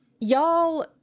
Y'all